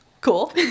cool